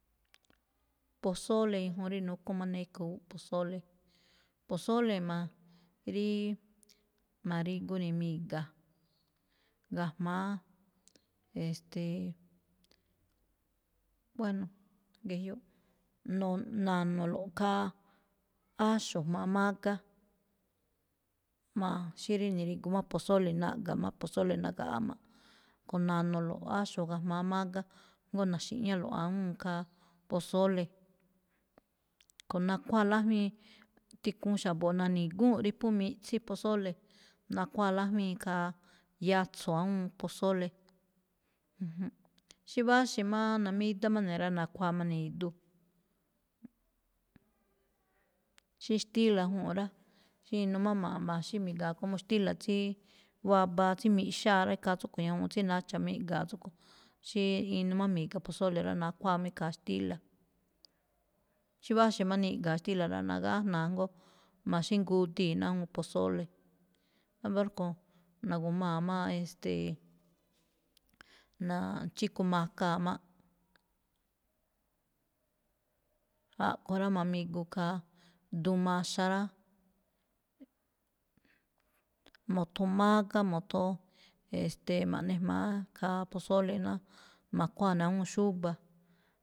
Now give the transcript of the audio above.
Pozole ñajuun rí nu̱kú maniku̱uꞌ pozole, pozole ma ríí ma̱rigu ne̱ mi̱ga̱ ga̱jma̱á, e̱ste̱e̱, bueno, gejyoꞌ no- nanolo̱ꞌ khaa áxo̱ jma̱á mágá, jma̱a̱ xí rí ni̱rigu má pozole naꞌga̱ má pozole, nagaꞌá má, ko̱ na̱no̱lo̱ꞌ áxo̱ ga̱jma̱á mágá, jngó na̱xi̱ꞌñálo̱ꞌ awúun khaa pozole, kho̱ nakhuáa lájwíin, tikhuun xa̱bo̱ na̱ni̱gúu̱nꞌ rí phú miꞌtsín pozole, nakhuáa lájwíin khaa yatso̱ awúun pozole. Xí váxe̱ má namídá mé ne̱ rá, nakhuáa má ne̱ idú. xí xtíla̱ juu̱nꞌ rá, xí inu ma̱-maxí mi̱ga̱a̱ como xtíla tsí wabaa tsí miꞌxáa rá, ikhaa tsúꞌkhue̱n ñajuun tsí nacha̱ má iꞌga̱a̱ tsúꞌkho̱. Xí inu má mi̱ga pozole rá, nakhuáa má ikhaa xtíla̱. Xí váxe̱ má niꞌga̱a̱ xtíla̱ rá, nagájna̱a jngóo maxíngudii̱ ná awúun pozole. Ámba̱ rúkho̱o̱ na̱gu̱maa̱ má-ma, e̱ste̱e̱, naa- nachík akaa̱ máꞌ. A̱ꞌkho̱ rá ma̱migu khaa duun maxa rá, mo̱thon mágá, mo̱thon, e̱ste̱e̱, ma̱ꞌne jma̱á khaa pozole ná ma̱khuáa ne̱ awúun xúba̱.